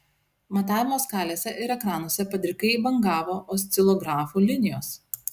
matavimo skalėse ir ekranuose padrikai bangavo oscilografų linijos